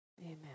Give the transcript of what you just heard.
Amen